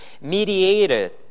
mediated